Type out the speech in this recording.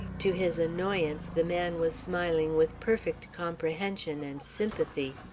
to his annoyance, the man was smiling with perfect comprehension and sympathy.